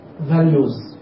values